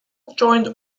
joined